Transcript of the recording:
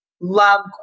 love